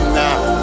now